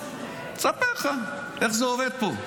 אספר לך איך זה עובד פה,